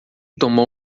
tomou